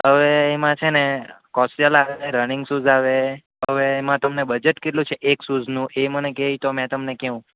હવે એમાં છેને કોશ્યલ આવે રનિંગ શૂઝ આવે હવે એમાં તમને બજેટ કેટલું છે એક શૂઝનું એ મને કહે તો મેં તમને કહું